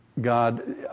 God